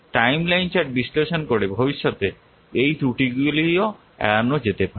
timeline chart বিশ্লেষণ করে ভবিষ্যতে এই ত্রুটিগুলিও এড়ানো যেতে পারে